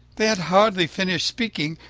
they had hardly finished speaking,